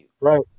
Right